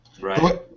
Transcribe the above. Right